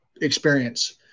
experience